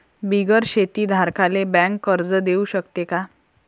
बिगर शेती धारकाले बँक कर्ज देऊ शकते का?